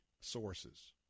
sources